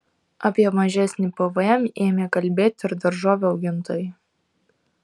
apie mažesnį pvm ėmė kalbėti ir daržovių augintojai